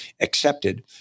accepted